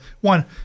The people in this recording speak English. one